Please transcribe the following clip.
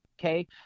Okay